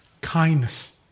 kindness